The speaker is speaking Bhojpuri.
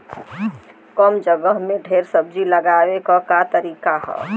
कम जगह में ढेर सब्जी उगावे क का तरीका ह?